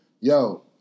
yo